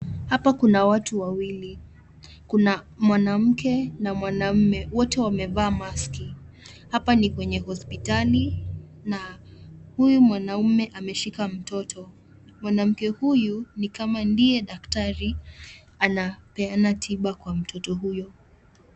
Hapa kuna watu wawili, kuna mwanamke na mwanaume wote wamevaa maski . Hapa ni kwenye hospitali na huyu mwanaume ameshika mtoto, mwanamke huyu ni kama ndiye daktari anapeana tiba kwa mtoto huyo.